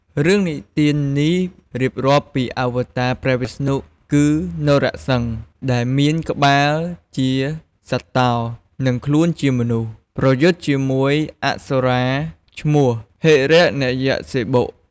រឿងនិទាននេះរៀបរាប់ពីអាវតារព្រះវិស្ណុ គឺ នរសិង្ហ ដែលមានក្បាលជាសត្វតោ និងខ្លួនជាមនុស្ស ប្រយុទ្ធជាមួយអសុរាឈ្មោះ ហិរណយក្សសិបុ។